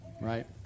right